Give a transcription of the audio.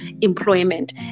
employment